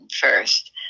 first